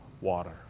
water